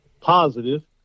positive